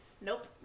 Nope